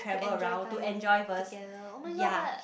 to enjoy time together oh-my-god but